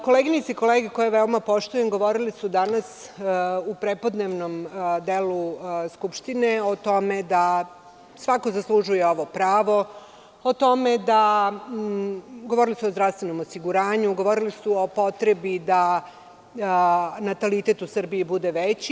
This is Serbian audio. Koleginice i kolege, koje veoma poštujem, govorili su danas u prepodnevnom delu Skupštine o tome da svako zaslužuje ovo pravo, govorili su o zdravstvenom osiguranju, govorili su o potrebi da natalitet u Srbiji bude veći.